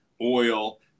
oil